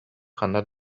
ханна